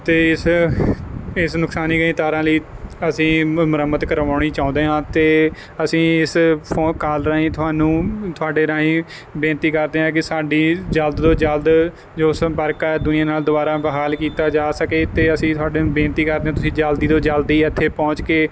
ਅਤੇ ਇਸ ਇਸ ਨੁਕਸਾਨੀ ਗਈ ਤਾਰਾਂ ਲਈ ਅਸੀਂ ਮੁ ਮੁਰੰਮਤ ਕਰਵਾਉਣੀ ਚਾਹੁੰਦੇ ਹਾਂ ਅਤੇ ਅਸੀਂ ਇਸ ਫੋਨ ਕਾਲ ਰਾਹੀਂ ਤੁਹਾਨੂੰ ਤੁਹਾਡੇ ਰਾਹੀਂ ਬੇਨਤੀ ਕਰਦੇ ਹਾਂ ਕਿ ਸਾਡੀ ਜਲਦ ਤੋਂ ਜਲਦ ਜੋ ਸੰਪਰਕ ਹੈ ਦੁਨੀਆ ਨਾਲ ਦੁਬਾਰਾ ਬਹਾਲ ਕੀਤਾ ਜਾ ਸਕੇ ਅਤੇ ਅਸੀਂ ਤੁਹਾਡੇ ਬੇਨਤੀ ਕਰਦੇ ਹਾਂ ਤੁਸੀਂ ਜਲਦੀ ਤੋਂ ਜਲਦੀ ਇੱਥੇ ਪਹੁੰਚ ਕੇ